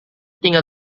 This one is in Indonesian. tinggal